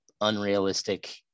Unrealistic